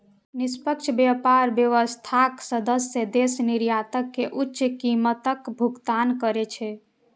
निष्पक्ष व्यापार व्यवस्थाक सदस्य देश निर्यातक कें उच्च कीमतक भुगतान करै छै